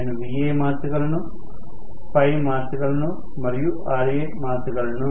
నేను Va మార్చగలను Ø మార్చగలను మరియు Ra మార్చగలను